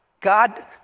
God